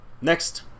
next